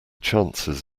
chances